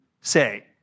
say